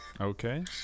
Okay